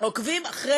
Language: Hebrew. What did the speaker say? עוקבים אחר